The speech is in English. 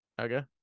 Okay